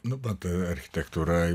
nu mat architektūra